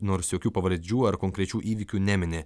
nors jokių pavardžių ar konkrečių įvykių nemini